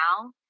now